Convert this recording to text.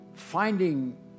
finding